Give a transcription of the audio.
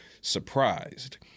surprised